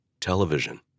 television